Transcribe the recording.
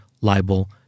libel